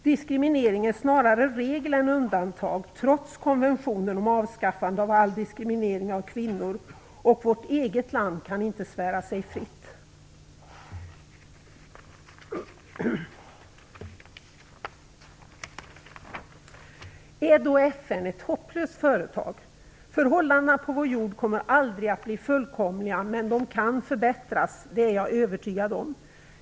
Diskriminering är snarare regel än undantag trots konventionen om avskaffande av all diskriminering av kvinnor, och vårt eget land kan inte svära sig fritt. Är då FN ett hopplöst företag? Förhållandena på vår jord kommer aldrig att bli fullkomliga, men de kan förbättras. Det är jag övertygad om.